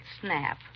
snap